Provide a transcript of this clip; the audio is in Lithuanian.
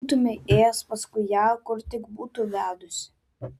būtumei ėjęs paskui ją kur tik būtų vedusi